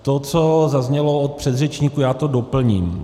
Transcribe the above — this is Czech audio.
To, co zaznělo od předřečníků, já to doplním.